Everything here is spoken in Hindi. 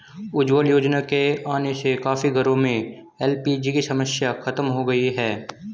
उज्ज्वला योजना के आने से काफी घरों में एल.पी.जी की समस्या खत्म हो गई